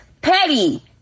petty